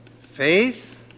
faith